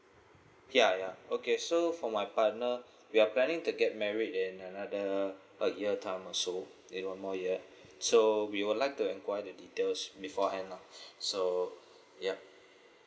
ya ya okay so for my partner we are planning to get married in another a year time or so in another one more year so we would like to enquire the details beforehand lah so yeuh